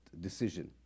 decision